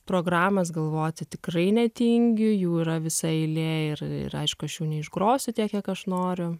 programas galvoti tikrai netingiu jų yra visa eilė ir ir aišku aš jų neišgrosiu tiek kiek aš noriu